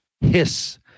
hiss